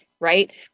right